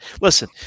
Listen